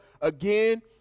again